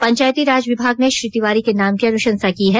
पंचायती राज विभाग ने श्री तिवारी के नाम की अनुशंसा की है